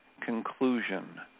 conclusion